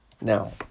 Now